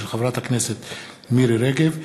של חברת הכנסת מירי רגב.